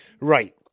Right